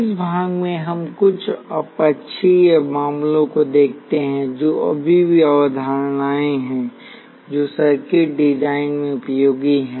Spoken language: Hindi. इस भाग में हम कुछ अपक्षयी मामलों को देखते हैं जो अभी भी अवधारणाएं हैं जो सर्किट डिजाइन में उपयोगी हैं